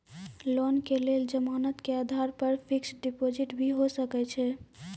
Loan के लेल जमानत के आधार पर फिक्स्ड डिपोजिट भी होय सके छै?